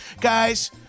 Guys